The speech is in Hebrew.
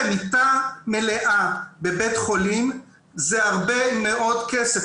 מיטה מלאה בבית חולים זה הרבה מאוד כסף,